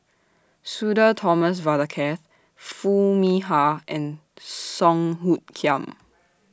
Sudhir Thomas Vadaketh Foo Mee Har and Song Hoot Kiam